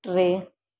टे